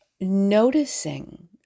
noticing